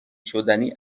شدنی